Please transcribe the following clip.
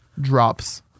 Drops